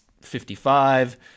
55